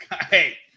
Hey